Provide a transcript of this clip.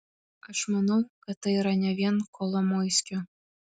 aš manau kad tai yra ne vien kolomoiskio